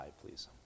please